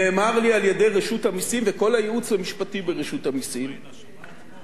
המשפטי ברשות המסים שאין שום דרך חוקית,